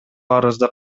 арызды